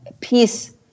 peace